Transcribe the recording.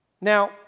Now